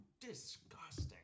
disgusting